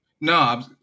No